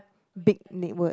big word